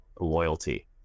loyalty